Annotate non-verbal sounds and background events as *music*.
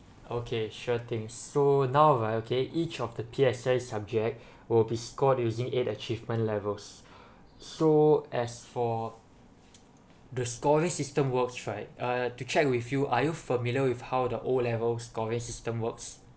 okay sure things so now right okay each of the P_S_L_E subject would be scored using eight achievement levels *breath* so as for the scoring system works right uh to check with you are you familiar with how the O level scoring system works